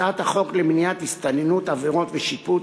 הצעת החוק למניעת הסתננות (עבירות ושיפוט)